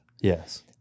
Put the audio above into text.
Yes